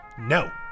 No